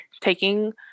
taking